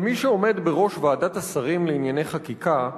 השאלה הראשונה: כמי שעומד בראש ועדת השרים לענייני חקיקה,